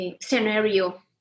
scenario